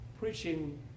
preaching